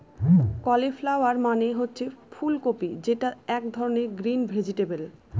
cauliflower মানে হচ্ছে ফুল কপি যেটা এক ধরনের গ্রিন ভেজিটেবল